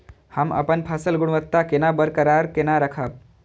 हम अपन फसल गुणवत्ता केना बरकरार केना राखब?